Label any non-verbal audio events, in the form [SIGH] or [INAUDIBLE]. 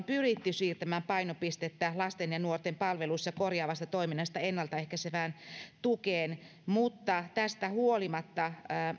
[UNINTELLIGIBLE] pyritty siirtämään painopistettä lasten ja nuorten palveluissa korjaavasta toiminnasta ennaltaehkäisevään tukeen mutta tästä huolimatta